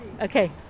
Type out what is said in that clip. Okay